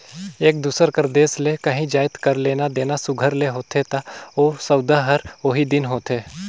एक दूसर कर देस ले काहीं जाएत कर लेना देना सुग्घर ले होथे ता ओ सउदा हर ओही दिन होथे